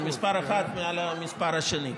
מספר אחד מעל המספר השני.